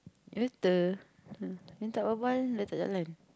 better ah ni tak berbual dah tak jalan